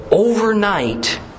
Overnight